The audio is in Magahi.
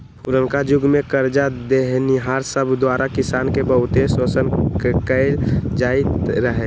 पुरनका जुग में करजा देनिहार सब द्वारा किसान के बहुते शोषण कएल जाइत रहै